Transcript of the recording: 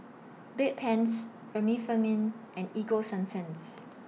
Bedpans Remifemin and Ego Sunsense